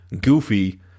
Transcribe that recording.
goofy